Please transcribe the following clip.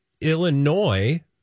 Illinois